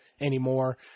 anymore